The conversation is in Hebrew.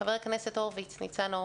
בבקשה, חבר הכנסת ניצן הורוביץ.